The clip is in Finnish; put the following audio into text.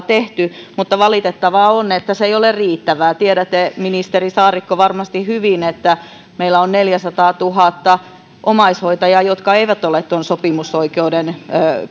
tehty mutta valitettavaa on että se ei ole riittävää tiedätte ministeri saarikko varmasti hyvin että meillä on neljäsataatuhatta omaishoitajaa jotka eivät ole tuon sopimusoikeuden